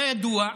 כידוע,